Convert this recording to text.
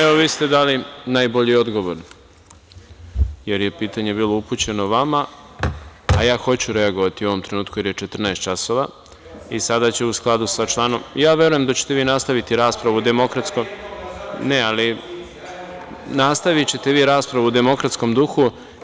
Evo vi ste dali najbolji odgovor, jer je pitanje bilo upućeno vama, a ja hoću reagovati u ovom trenutku jer je 14,00 časova i sada ću u skladu sa članom… (Milorad Mirčić: Hajde jednom da završi opozicija.) Verujem da ćete vi nastaviti raspravu u demokratskom duhu.